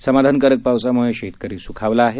समाधानकारक पावसामुळे शेतकरी सुखावला आहे